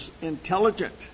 intelligent